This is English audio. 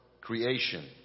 creation